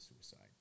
suicide